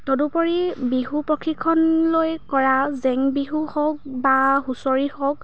তদুপৰি বিহু প্ৰশিক্ষণ লৈ কৰা জেং বিহু হওক বা হুঁচৰি হওক